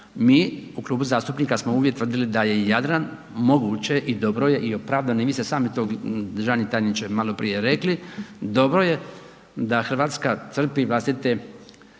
Mi u Klubu zastupnika smo uvijek tvrdili da je Jadran moguće i dobro je i opravdano i vi ste sami to državni tajniče malo prije rekli dobro je da Hrvatska crpi vlastite